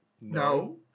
No